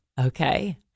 Okay